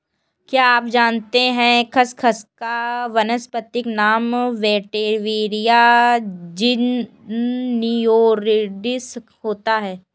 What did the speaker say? क्या आप जानते है खसखस का वानस्पतिक नाम वेटिवेरिया ज़िज़नियोइडिस होता है?